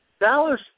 Dallas